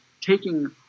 taking